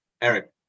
Eric